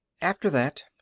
after that,